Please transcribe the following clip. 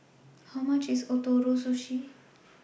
How much IS Ootoro Sushi